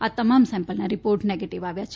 આ તમામ સેમ્પલના રિપોર્ટ નેગેટિવ આવ્યા છે